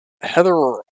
Heather